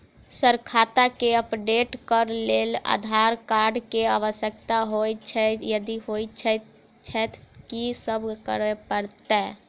Sir खाता केँ update करऽ लेल आधार कार्ड केँ आवश्यकता होइ छैय यदि होइ छैथ की सब करैपरतैय?